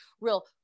real